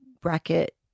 bracket